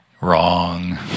Wrong